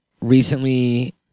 recently